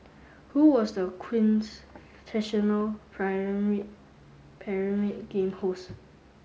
who was the Pyramid Pyramid Game host